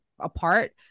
apart